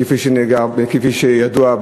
כפי שידוע,